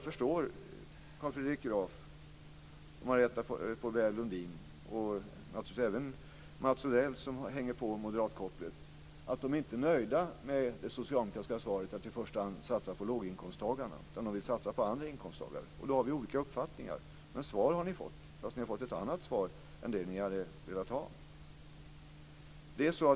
Pourbaix-Lundin och även Mats Odell som hänger på moderatkopplet inte är nöjda med det socialdemokratiska svaret, att man i första hand satsar på låginkomsttagarna eftersom de vill satsa på andra inkomsttagare. Där har vi olika uppfattningar. Men svar har ni fått, fast ni har fått ett annat svar än det som ni hade velat ha.